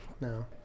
no